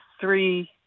three